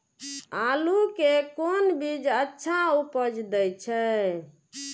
आलू के कोन बीज अच्छा उपज दे छे?